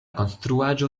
konstruaĵo